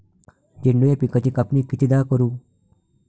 झेंडू या पिकाची कापनी कितीदा करू?